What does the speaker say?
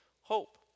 hope